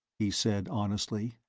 he said honestly.